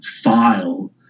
file